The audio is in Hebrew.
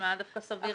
נשמע סביר.